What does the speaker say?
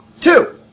Two